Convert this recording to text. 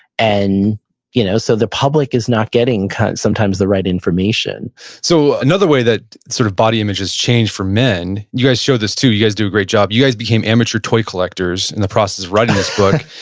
and you know so the public is not getting sometimes the right information so another way that sort of body image has changed for men, you guys show this to, you guys do a great job. you guys became amateur toy collectors in the process of writing this book.